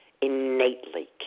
innately